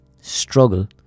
struggle